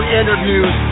interviews